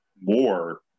more